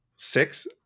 six